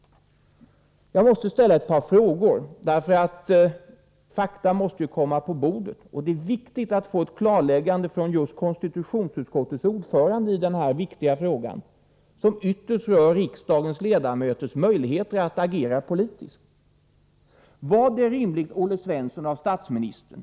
Jag vill också ställa ett par andra frågor — fakta måste ju komma på bordet, och det är angeläget att få ett klarläggande just från konstitutionsutskottets ordförande i denna viktiga fråga, som ytterst rör riksdagens ledamöters möjligheter att arbeta politiskt: Vad är rimligt, Olle Svensson, när det gäller statsministern?